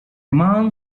man